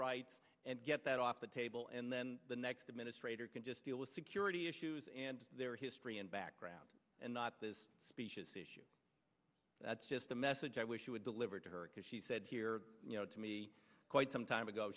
rights and get that off the table and then the next administrator can just deal with security issues and their history and background and not this specious issue that's just a message i wish she would deliver to her because she said here you know to me quite some time ago